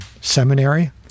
seminary